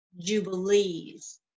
jubilees